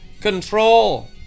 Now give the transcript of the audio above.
control